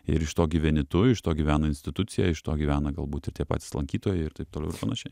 ir iš to gyveni tu iš to gyvena institucija iš to gyvena galbūt ir tie patys lankytojai ir taip toliau ir panašiai